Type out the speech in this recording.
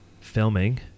filming